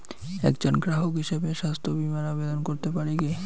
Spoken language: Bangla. একজন গ্রাহক হিসাবে স্বাস্থ্য বিমার আবেদন করতে পারি কি?